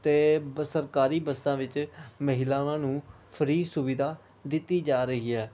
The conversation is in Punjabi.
ਅਤੇ ਬ ਸਰਕਾਰੀ ਬੱਸਾਂ ਵਿੱਚ ਮਹਿਲਾਵਾਂ ਨੂੰ ਫ੍ਰੀ ਸੁਵਿਧਾ ਦਿੱਤੀ ਜਾ ਰਹੀ ਹੈ